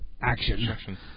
action